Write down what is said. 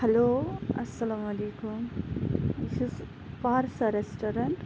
hello اَسَلامُ علیکُم یہِ چھِ حظ پارسا رٮ۪سٹورَنٛٹ